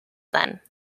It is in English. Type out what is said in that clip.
then